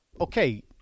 okay